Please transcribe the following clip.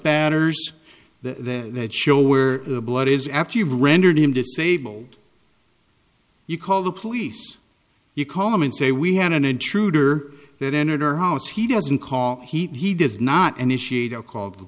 spatters the that show where the blood is after you've rendered him disabled you call the police you call them and say we had an intruder that entered our house he doesn't call he does not initiate or called the